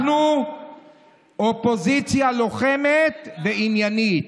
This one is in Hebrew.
אנחנו אופוזיציה לוחמת ועניינית.